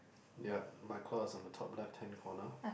yup my claw is on the top left hand corner